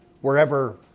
Wherever